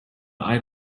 eye